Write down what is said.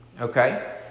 Okay